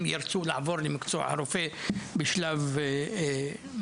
ירצו לעבור למקצוע הרופא בשלב מסוים.